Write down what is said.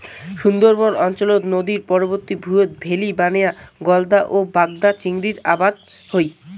সুন্দরবন অঞ্চলত নদীর তীরবর্তী ভুঁইয়ত ভেরি বানেয়া গলদা ও বাগদা চিংড়ির আবাদ হই